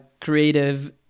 creative